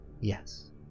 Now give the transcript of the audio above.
Yes